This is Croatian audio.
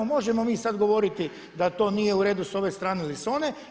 Možemo mi sad govoriti da to nije uredu s ove strane ili s one.